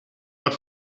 not